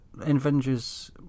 Avengers